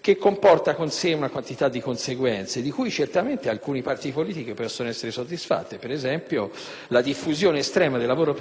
che porta con sé una quantità di conseguenze di cui certamente alcune parti politiche possono essere soddisfatte. Per esempio, la diffusione estrema del lavoro precario comporta l'indebolimento dei sindacati.